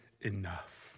enough